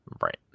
right